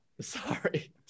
Sorry